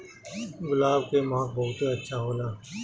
गुलाब के महक बहुते अच्छा होला